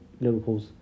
Liverpool's